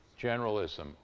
generalism